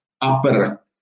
upper